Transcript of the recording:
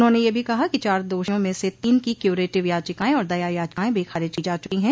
उन्होंने यह भी कहा कि चार दोषियों में से तीन की क्यूरेटिव याचिकाएं और दया याचिकाएं भी खारिज की जा चुकी हैं